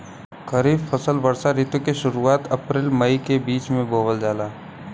खरीफ फसल वषोॅ ऋतु के शुरुआत, अपृल मई के बीच में बोवल जाला